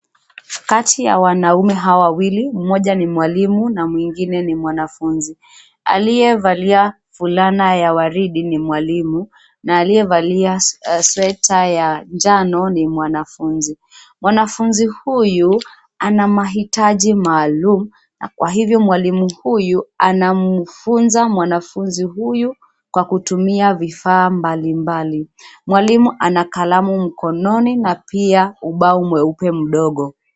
Kati ya wanaume hawa wawili, mmoja ni mwalimu na mwingine ni mwanafunzi. Aliyevalia fulana ya waridi ni mwalimu, na aliyevalia sweta ya njano ni mwanafunzi. Mwanafunzi huyu, ana mahitaji maalum, na kwa hivyo mwalimu huyu anamfunza mwanafunzi huyu, kwa kutumia vifaa mbalimbali. Mwalimu ana kalamu mkononi na pia ubao mweupe mdogo.